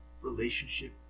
relationship